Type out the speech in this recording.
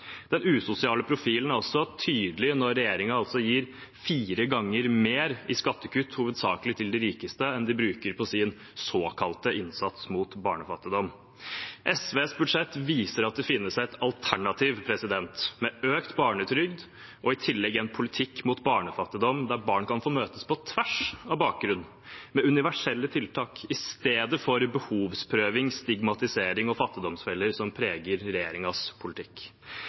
Den usosiale profilen er også tydelig når regjeringen altså gir fire ganger mer i skattekutt, hovedsakelig til de rikeste, enn de bruker på sin såkalte innsats mot barnefattigdom. SVs budsjett viser at det finnes et alternativ – med økt barnetrygd og i tillegg en politikk mot barnefattigdom der barn kan få møtes på tvers av bakgrunn, med universelle tiltak i stedet for behovsprøving, stigmatisering og fattigdomsfeller, som preger regjeringens politikk.